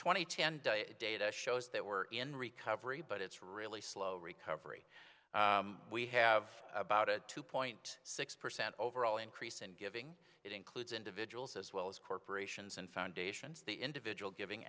ten data shows that we're in recovery but it's really slow recovery we have about a two point six percent overall increase and giving it includes individuals as well as corporations and foundations the individual giving